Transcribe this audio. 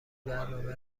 برنامه